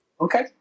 Okay